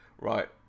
right